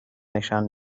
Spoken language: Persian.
نشان